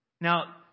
Now